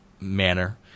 manner